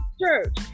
church